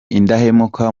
indahemuka